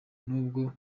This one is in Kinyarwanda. nubwo